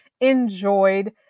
enjoyed